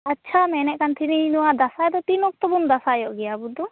ᱟᱪᱪᱷᱟ ᱢᱮᱱᱮᱫ ᱠᱟᱱ ᱛᱟᱦᱮᱸᱱᱟᱹᱧ ᱱᱚᱣᱟ ᱫᱟᱥᱟᱸᱭ ᱫᱚ ᱛᱤᱱ ᱚᱠᱛᱚᱵᱚᱱ ᱫᱟᱥᱟᱸᱭᱚᱜ ᱜᱮᱭᱟ ᱟᱵᱚ ᱫᱚ